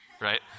right